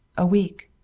a week!